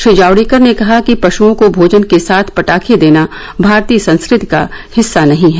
श्री जावड़ेकर ने कहा कि पश्ओं को भोजन के साथ पटाखे देना भारतीय संस्कृति का हिस्सा नहीं है